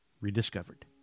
rediscovered